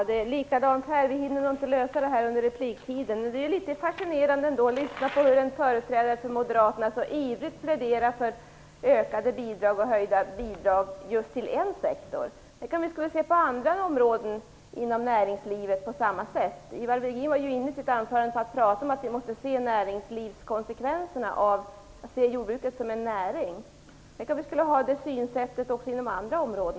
Fru talman! Vi hinner nog inte lösa detta under replikomgången. Men det ändå litet fascinerande att lyssna på en företrädare för moderaterna som så ivrigt pläderar för höjda bidrag just till en sektor. Tänk, om vi skulle ha samma syn på andra områden inom näringslivet! Ivar Virgin var i sitt anförande inne på att vi måste se på näringslivskonsekvenserna och betrakta jordbruket som en näring. Vart skulle det ta vägen om vi hade samma synsätt också inom andra områden?